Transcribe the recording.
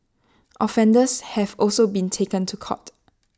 offenders have also been taken to court